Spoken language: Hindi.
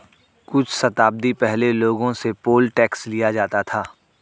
कुछ शताब्दी पहले लोगों से पोल टैक्स लिया जाता था